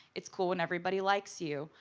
it's cool when everybody likes you,